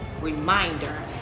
reminder